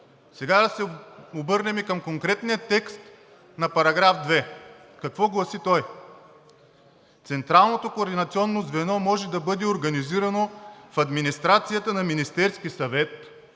Сега да се обърнем към конкретния текст на § 2 и какво гласи той: „Централното координационно звено може да бъде организирано в администрацията на Министерския съвет,